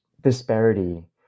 disparity